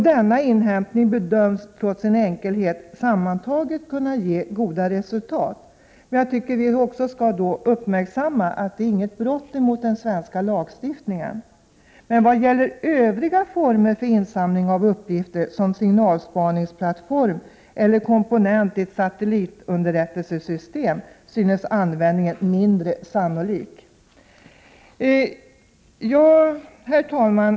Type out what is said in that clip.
Denna inhämtning bedöms, trots sin enkelhet, sammantaget kunna ge goda resultat. — Men jag tycker att vi skall uppmärksamma att detta inte är något brott mot den svenska lagstiftningen. — Men vad gäller övriga former för insamling av uppgifter, som signalspaningsplattform eller komponent i ett satellitunderrättelsesystem, synes användningen mindre sannolik. Herr talman!